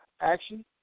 action